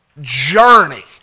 journey